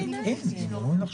אומרת לך